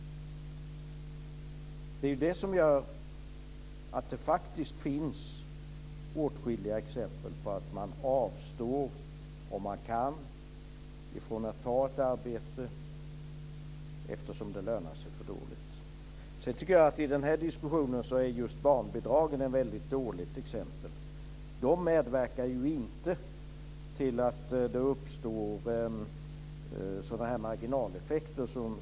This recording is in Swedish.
Det är det som gör att det faktiskt finns åtskilliga exempel på att man avstår, om man kan, ifrån att ta ett arbete eftersom det lönar sig för dåligt. Jag tycker att barnbidragen är ett väldigt dåligt exempel i den här diskussionen. De medverkar ju inte till att det uppstår sådana här marginaleffekter.